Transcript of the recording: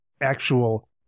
actual